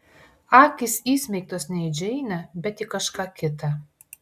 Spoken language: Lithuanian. akys įsmeigtos ne į džeinę bet į kažką kitą